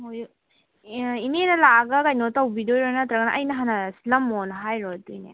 ꯏꯅꯦꯅ ꯂꯥꯛꯂꯒ ꯀꯩꯅꯣ ꯇꯧꯕꯤꯗꯣꯏꯔꯣ ꯅꯠꯇ꯭ꯔꯒꯅ ꯑꯩꯅ ꯍꯥꯟꯅ ꯁꯤꯜꯂꯝꯃꯣꯅ ꯍꯥꯏꯔꯤꯕ꯭ꯔꯣ ꯑꯗꯨꯒꯤꯅꯦ